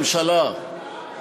בפעם השלישית.